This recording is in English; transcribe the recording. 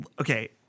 okay